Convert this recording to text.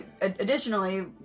additionally